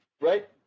Right